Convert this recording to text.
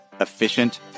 Efficient